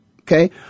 Okay